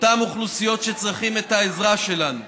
אותן אוכלוסיות שצריכות את העזרה שלנו,